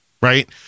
Right